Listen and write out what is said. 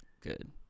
good